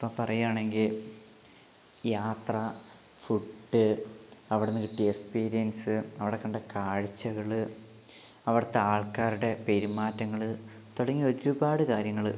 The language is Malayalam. അപ്പൊൾ പറയുകയാണെങ്കിൽ യാത്ര ഫുഡ് അവിടെനിന്ന് കിട്ടിയ എക്സ്പീരിയൻസ് അവിടെ കണ്ട കാഴ്ച്ചകള് അവിടുത്തെ ആൾക്കാരുടെ പെരുമാറ്റങ്ങള് തുടങ്ങി ഒരുപാട് കാര്യങ്ങള്